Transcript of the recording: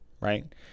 Right